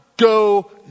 Go